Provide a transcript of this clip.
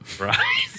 right